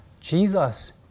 Jesus